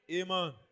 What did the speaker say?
Amen